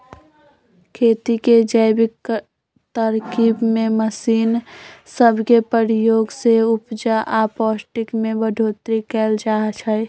खेती के जैविक तरकिब में मशीन सब के प्रयोग से उपजा आऽ पौष्टिक में बढ़ोतरी कएल जाइ छइ